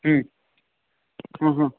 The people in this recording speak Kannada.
ಹ್ಞೂ ಹಾಂ ಹಾಂ